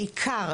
בעיקר,